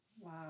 Wow